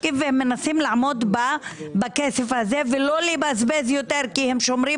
ומנסים לעמוד בכסף הזה ולא לבזבז יותר כי שומרים